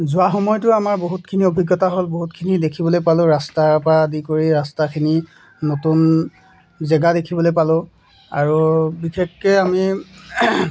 যোৱা সময়তো আমাৰ বহুতখিনি অভিজ্ঞতা হ'ল বহুতখিনি দেখিবলৈ পালোঁ ৰাস্তাৰ পৰা আদি কৰি ৰাস্তাখিনি নতুন জেগা দেখিবলৈ পালোঁ আৰু বিশেষকৈ আমি